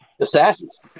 Assassins